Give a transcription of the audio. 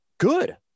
good